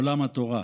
עולם התורה.